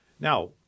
Now